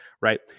right